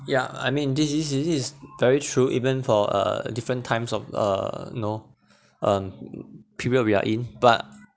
ya I mean this is it is very true even for uh different times of uh you know um period we are in but